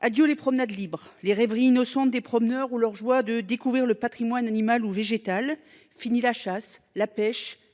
Adieu les promenades libres, les rêveries innocentes des promeneurs, ou leur joie de découvrir le patrimoine animal ou végétal ! Finis la chasse, la pêche,